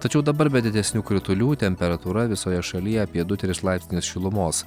tačiau dabar be didesnių kritulių temperatūra visoje šalyje apie du tris laipsnius šilumos